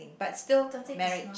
but still marriage